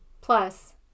Plus